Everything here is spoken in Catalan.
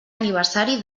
aniversari